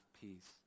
peace